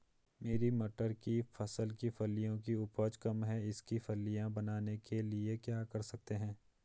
मेरी मटर की फसल की फलियों की उपज कम है इसके फलियां बनने के लिए क्या कर सकते हैं?